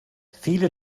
viele